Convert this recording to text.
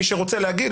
מי שרוצה להגיד,